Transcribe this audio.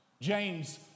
James